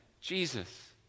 Jesus